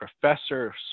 professor